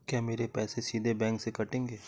क्या मेरे पैसे सीधे बैंक से कटेंगे?